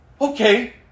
okay